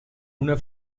una